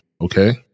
okay